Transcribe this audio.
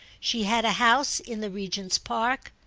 she had a house in the regent's park,